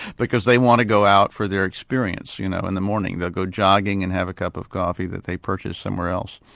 because they want to go out for their experience. you know in the morning, they go jogging and have a cup of coffee that they purchase somewhere else.